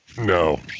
no